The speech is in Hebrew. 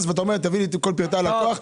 ואתה אומר שייתן את כל פרטי הלקוח.